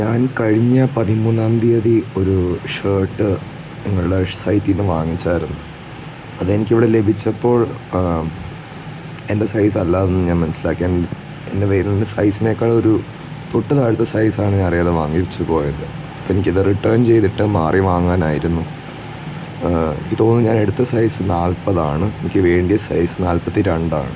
ഞാൻ കഴിഞ്ഞ പതിമൂന്നാം തീയതി ഒരു ഷേർട്ട് നിങ്ങളെ സൈറ്റിൽ നിന്ന് വാങ്ങിച്ചായിരുന്നു അത് എനിക്ക് ഇവിടെ ലഭിച്ചപ്പോൾ എൻ്റെ സൈസ് അല്ലായിരുന്നു എന്ന് ഞാൻ മനസ്സിലാക്കി എൻ്റെ വേറെ ഒരു സൈസിനെക്കാൾ ഒരു തൊട്ടു താഴത്തെ സൈസ് ആണ് ഞാൻ അറിയാതെ വാങ്ങിച്ചു പോയത് ഇപ്പം എനിക്ക് അത് റിട്ടേൺ ചെയ്തിട്ട് മാറി വാങ്ങാനായിരുന്നു എനിക്ക് തോന്നുന്നു ഞാൻ എടുത്ത സൈസ് നാല്പതാണ് എനിക്ക് വേണ്ടിയ സൈസ് നാല്പത്തി രണ്ട് ആണ്